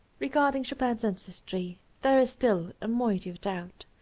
regarding chopin's ancestry there is still a moiety of doubt.